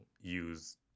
use